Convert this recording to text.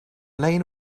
lane